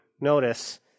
notice